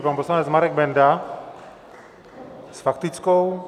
Pan poslanec Marek Benda s faktickou?